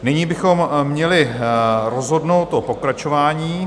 Nyní bychom měli rozhodnout o pokračování.